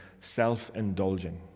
self-indulging